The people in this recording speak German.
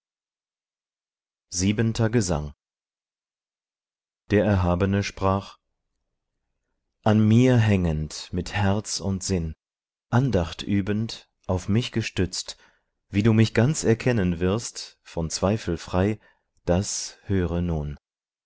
siebenter gesang der erhabene sprach an mir hängend mit herz und sinn andacht übend auf mich gestützt wie du mich ganz erkennen wirst von zweifel frei das höre nun